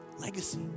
legacy